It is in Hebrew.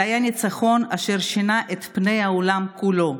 זה היה ניצחון אשר שינה את פני העולם כולו.